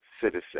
citizen